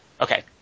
okay